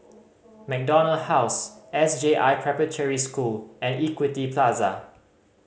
MacDonald House S J I Preparatory School and Equity Plaza